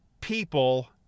people